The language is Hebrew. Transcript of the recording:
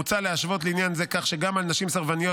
מוצע להשוות בעניין זה כך שגם על נשים סרבניות